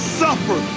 suffer